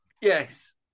Yes